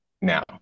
now